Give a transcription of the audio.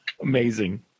Amazing